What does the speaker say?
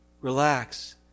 relax